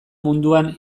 munduan